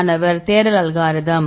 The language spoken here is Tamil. மாணவர் தேடல் அல்காரிதம்